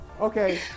Okay